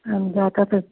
اَہَن حظ آ کَتٮ۪تھ